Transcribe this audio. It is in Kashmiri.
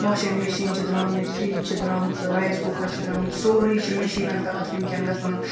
واشِنٛگ میٚشیٖن چھِ درٛامنٕتۍ فِرٛج چھِ درٛامژٕ رایِس کُکَر چھِ درٛامٕتۍ سورُے چھِ میٚشیٖنَن تحت وٕنکٮ۪ن گژھان